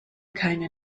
keine